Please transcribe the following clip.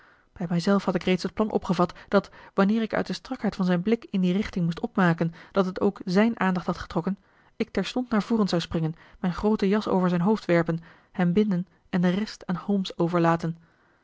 bij mij zelf had ik reeds het plan opgevat dat wanneer ik uit de strakheid van zijn blik in die richting moest opmaken dat het ook zijn aandacht had getrokken ik terstond naar voren zou springen mijn groote jas over zijn hoofd werpen hem binden en de rest aan holmes overlaten